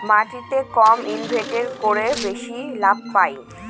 মাটিতে কম ইনভেস্ট করে বেশি লাভ পাই